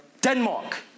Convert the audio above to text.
Denmark